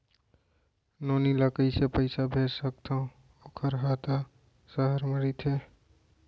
नोनी ल कइसे पइसा भेज सकथव वोकर हा त सहर म रइथे?